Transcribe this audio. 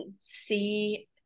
see